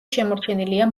შემორჩენილია